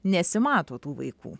nesimato tų vaikų